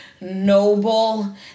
noble